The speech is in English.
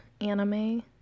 anime